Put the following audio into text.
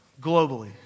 globally